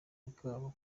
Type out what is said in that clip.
bwabo